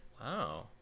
Wow